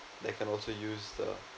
they can also use the